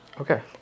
Okay